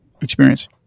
experience